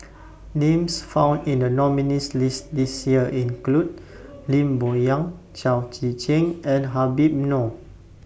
Names found in The nominees' list This Year include Lim Bo Yam Chao Tzee Cheng and Habib Noh